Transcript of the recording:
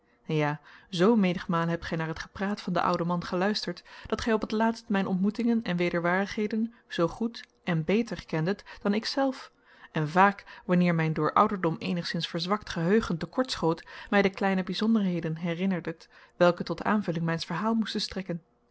ja zoo menigmalen hebt gij naar het gepraat van den ouden man geluisterd dat gij op het laatst mijn ontmoetingen en wederwaardigheden zoo goed en beter kendet dan ik zelf en vaak wanneer mijn door ouderdom eenigszins verzwakt geheugen te kort schoot mij de kleine bijzonderheden herinnerdet welke tot aanvulling mijns verhaals moesten strekken